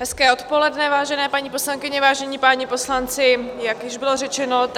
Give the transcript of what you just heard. Hezké odpoledne, vážené paní poslankyně, vážení páni poslanci, jak již bylo řečeno,